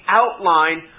outline